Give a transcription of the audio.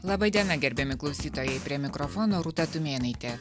laba diena gerbiami klausytojai prie mikrofono rūta tumėnaitė